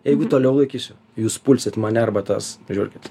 jeigu toliau laikysiu jūs pulsit mane arba tas žiurkes